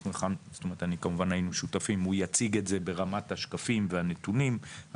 הוא יציג את זה ברמת השקפים והנתונים,